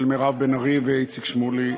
של מירב בן ארי ואיציק שמולי.